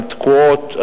הן תקועות,